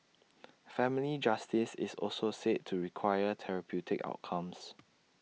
family justice is also said to require therapeutic outcomes